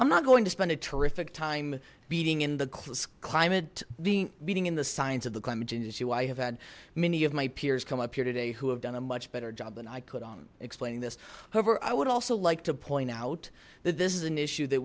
not going to spend a terrific time beating in the climate the meeting in the science of the climate change issue i have had many of my peers come up here today who have done a much better job than i could on explaining this however i would also like to point out that this is an issue that